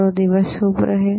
તમારો દિવસ શુભ રહે